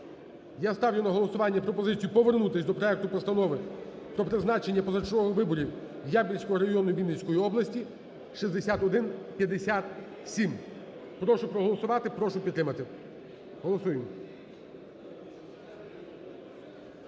я ставлю на голосування пропозицію повернутись до проекту Постанови про призначення позачергових виборів Ямпільського району Вінницької області 6157. Прошу проголосувати, прошу підтримати. Голосуємо.